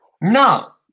No